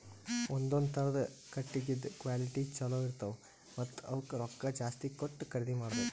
ಒಂದೊಂದ್ ಥರದ್ ಕಟ್ಟಗಿದ್ ಕ್ವಾಲಿಟಿ ಚಲೋ ಇರ್ತವ್ ಮತ್ತ್ ಅವಕ್ಕ್ ರೊಕ್ಕಾ ಜಾಸ್ತಿ ಕೊಟ್ಟ್ ಖರೀದಿ ಮಾಡಬೆಕ್